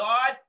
God